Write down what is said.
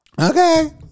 Okay